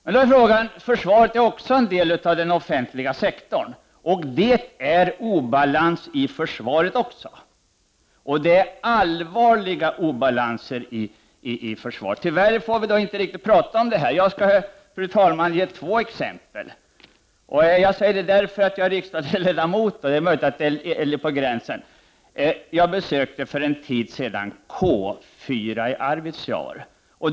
Men försvaret är också en del av den offentliga sektorn, och det är obalans i försvaret också, allvarliga obalanser. Tyvärr får vi inte tala om det här. Jag skall emellertid, fru talman, ge två exempel. Jag säger det här därför att jag är riksdagsledamot, för det är möjligt att det här ligger på gränsen så att säga. Jag besökte för en tid sedan K 4 i Arvidsjaur.